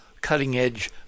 cutting-edge